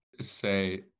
say